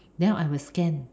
then I will scan